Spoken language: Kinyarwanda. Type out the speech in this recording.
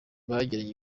bagiranye